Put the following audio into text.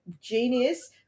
genius